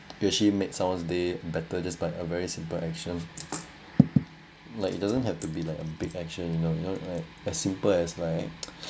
you actually made someone's day better this by a very simple action like it doesn't have to be like a big action you know as simple as like